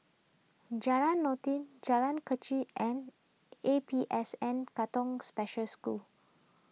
Jalan Noordin Jalan Kechil and A P S N Katong Special School